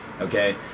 Okay